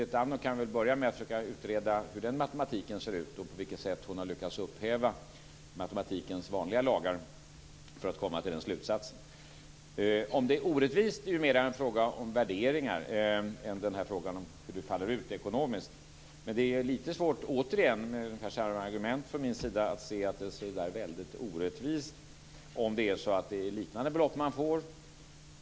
Berit Andnor kan väl börja med att försöka utreda hur den matematiken ser ut och på vilket sätt hon har lyckats upphäva matematikens vanliga lagar för att komma till den slutsatsen. Om det är orättvist är mera en fråga om värderingar än en fråga om hur det faller ut ekonomiskt. Men det är lite svårt, återigen, med ungefär samma argument från min sida, att se att det är så väldigt orättvist om det är liknande belopp man får.